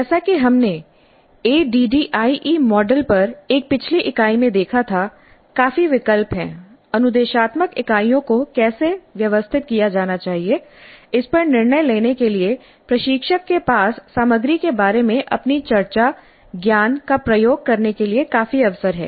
जैसा कि हमने एडीडीआईई मॉडल पर एक पिछली इकाई में देखा था काफी विकल्प हैं अनुदेशात्मक इकाइयों को कैसे व्यवस्थित किया जाना चाहिए इस पर निर्णय लेने के लिए प्रशिक्षक के पास सामग्री के बारे में अपनी चर्चा ज्ञान का प्रयोग करने के लिए काफी अवसर हैं